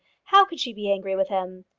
how could she be angry with him?